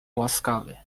łaskawy